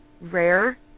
rare